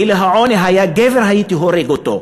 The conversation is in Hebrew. אילו העוני היה גבר, הייתי הורג אותו.